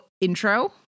intro